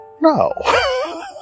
No